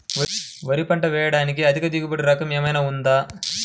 వరి పంట వేయటానికి అధిక దిగుబడి రకం ఏమయినా ఉందా?